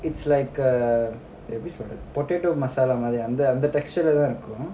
it's like a எப்படிசொல்லறது:eppadi sollaradhu potato masala அந்தஅந்த:antha antha the texture லதான்இருக்கும்:lathan irukkum